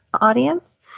audience